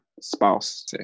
spouse